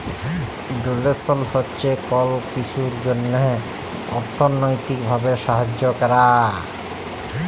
ডোলেসল হছে কল কিছুর জ্যনহে অথ্থলৈতিক ভাবে সাহায্য ক্যরা